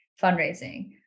fundraising